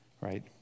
right